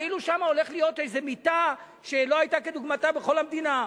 כאילו שם הולכת להיות מיטה שלא היתה כדוגמתה בכל המדינה.